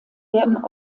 werden